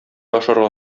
ашарга